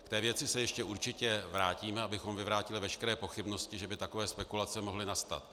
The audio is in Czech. K té věci se určitě ještě vrátíme, abychom vyvrátili veškeré pochybnosti, že by takové spekulace mohly nastat.